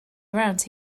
around